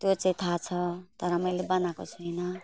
त्यो चाहिँ थाहा छ तर मैले बनाएको छुइनँ